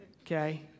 Okay